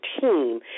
team